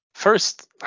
First